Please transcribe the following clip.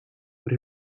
but